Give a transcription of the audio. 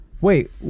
Wait